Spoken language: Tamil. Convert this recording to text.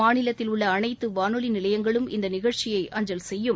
மாநிலத்தில் உள்ளஅனைத்துவானொலிநிலையங்களும் இந்தநிகழ்ச்சியை அஞ்சல் செய்யும்